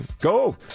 Go